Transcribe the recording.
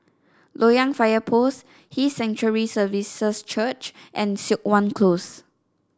Loyang Fire Post His Sanctuary Services Church and Siok Wan Close